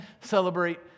celebrate